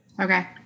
Okay